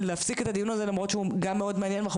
להפסיק את הדיון הזה למרות שהוא גם מאוד מעניין ואנחנו